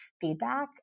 feedback